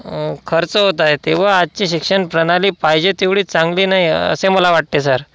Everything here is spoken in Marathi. खर्च होत आहे तेव्हा आजची शिक्षणप्रणाली पाहिजे तेवढी चांगली नाही असे मला वाटते सर